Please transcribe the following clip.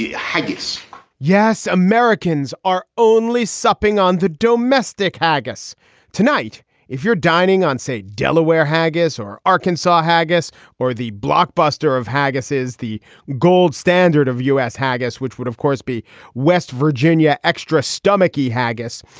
haggis yes americans are only supping on the domestic haggis tonight if you're dining on say delaware haggis or arkansas haggis or the blockbuster of haggis is the gold standard of u s. haggis which would of course be west virginia. extra stomach he haggis.